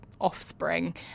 offspring